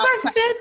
question